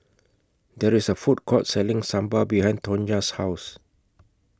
There IS A Food Court Selling Sambar behind Tonja's House